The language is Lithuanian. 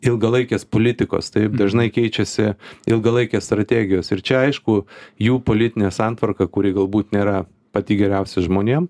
ilgalaikės politikos taip dažnai keičiasi ilgalaikės strategijos ir čia aišku jų politinė santvarka kuri galbūt nėra pati geriausia žmonėm